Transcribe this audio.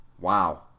Wow